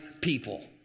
people